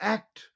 Act